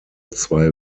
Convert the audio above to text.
zwei